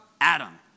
Adam